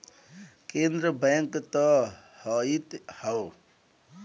केन्द्र बैंक त हइए हौ